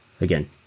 again